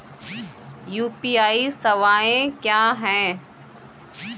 UPI सवायें क्या हैं?